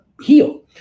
heal